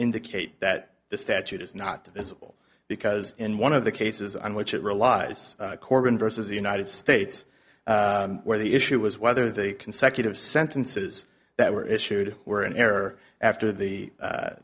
indicate that the statute is not as a whole because in one of the cases on which it relies corgan versus the united states where the issue was whether the consecutive sentences that were issued were in error after the